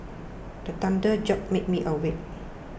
the thunder jolt make me awake